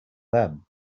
them